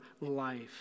life